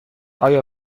آیا